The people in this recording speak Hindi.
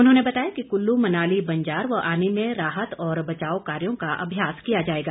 उन्होंने बताया कि कुल्लु मनाली बंजार व आनी में राहत और बचाव कार्यो का अभ्यास किया जाएगा